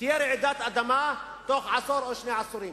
תהיה רעידת אדמה בתוך עשור או שני עשורים.